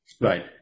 Right